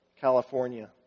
California